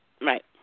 Right